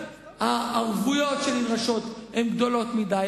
הערבויות שנדרשות הן גדולות מדי,